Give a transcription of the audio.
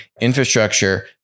infrastructure